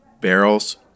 barrels